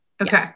Okay